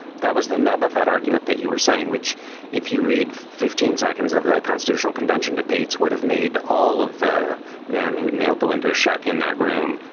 that was the nub of that argument that you were saying, which if you read fifteen seconds of the constitutional convention debates would have made all of the men who nailed the windows shut in that room,